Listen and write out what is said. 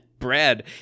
Brad